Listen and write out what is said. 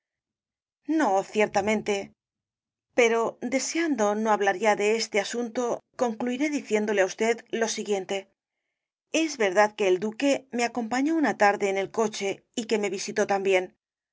no ciertamente pero deseando no hablar ya de este asunto concluiré diciéndole á usted lo siguiente es verdad que el duque me acompañó una tarde en el coche y que me visitó también